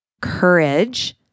courage